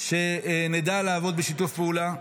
שנדע לעבוד בשיתוף פעולה.